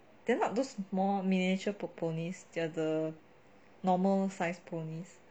they are not those small mini~ miniature ponies they are the normal size ponies